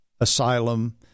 asylum